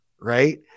right